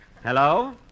Hello